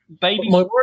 baby